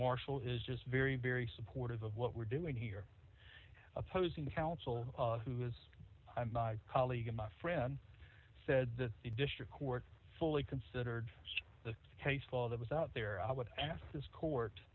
marshall is just very very supportive of what we're doing here opposing counsel who is a colleague of my friend said that the district court fully considered the case law that was out there i would ask this court